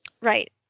Right